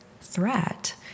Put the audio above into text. threat